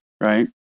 right